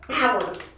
hours